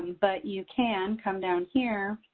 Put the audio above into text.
but you can come down here.